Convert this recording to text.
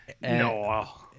No